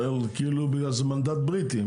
כאילו בגלל שזה מנדט בריטי.